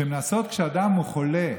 כשהן נעשות כשאדם חולה,